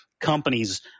companies